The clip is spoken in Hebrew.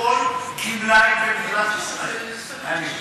כל גמלאי במדינת ישראל היה נפגע.